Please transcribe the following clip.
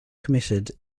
committed